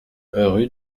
rue